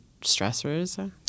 stressors